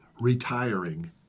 retiring